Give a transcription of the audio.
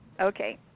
Okay